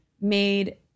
made